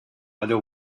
other